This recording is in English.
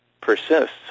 persists